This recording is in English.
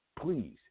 please